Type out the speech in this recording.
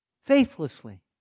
faithlessly